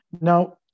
Now